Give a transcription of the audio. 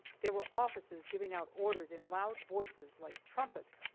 there were officers giving out orders in loud voices, like trumpets,